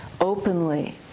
openly